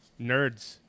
nerds